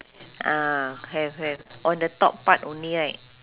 ah have have on the top part only right